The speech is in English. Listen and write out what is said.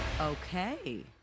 Okay